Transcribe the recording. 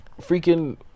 freaking